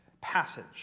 passage